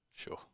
sure